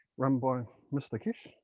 run by mr. keshe.